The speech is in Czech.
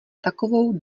takovou